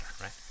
right